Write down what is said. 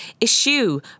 issue